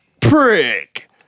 prick